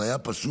זה היה פשוט: